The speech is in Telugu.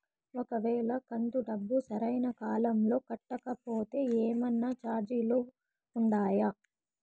ఒక వేళ కంతు డబ్బు సరైన కాలంలో కట్టకపోతే ఏమన్నా చార్జీలు ఉండాయా?